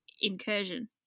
incursion